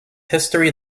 history